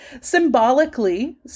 Symbolically